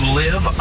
live